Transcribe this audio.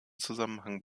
zusammenhang